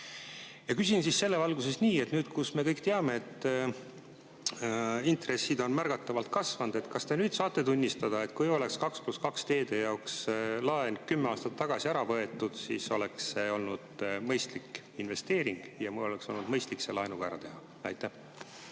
ma küsin selle valguses. Nüüd, kus me kõik teame, et intressid on märgatavalt kasvanud, kas te saate tunnistada, et kui oleks 2 + 2 teede jaoks laen kümme aastat tagasi ära võetud, siis oleks see olnud mõistlik investeering ja mul oleks olnud mõistlik see laenuga ära teha? Aitäh,